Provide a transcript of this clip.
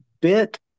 bit